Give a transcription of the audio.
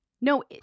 No